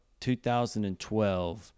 2012